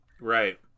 Right